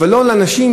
לא לעמך,